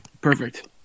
Perfect